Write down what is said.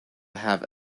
have